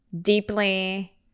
deeply